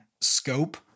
scope